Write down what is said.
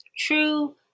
true